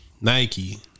Nike